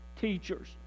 teachers